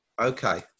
Okay